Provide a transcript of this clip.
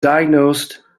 diagnosed